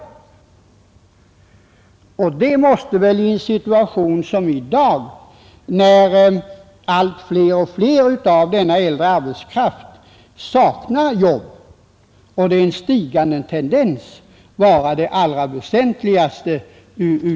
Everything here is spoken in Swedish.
Detta måste väl ändå vara det väsentligaste ur deras synpunkt i en situation som i dag, när allt fler och fler av denna äldre arbetskraft saknar jobb och det är en stigande tendens till arbetslöshet ibland dem.